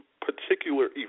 particular